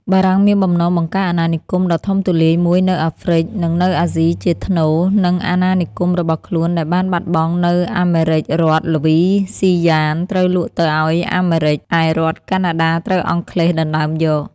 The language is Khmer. បារាំងមានបំណងបង្កើតអាណានិគម ដ៏ធំទូលាយមួយនៅ អាហ្វ្រិច និងនៅអាស៊ីជាថ្នូរ នឹង អាណានិគមរបស់ខ្លួនដែលបានបាត់បង់នៅអាមេរិករដ្ឋល្វីស៊ីយ៉ានត្រូវលក់ទៅឱ្យអាមេរិក ឯរដ្ឋកាណាដាត្រូវអង់គ្លេសដណ្ដើមយក។